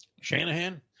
Shanahan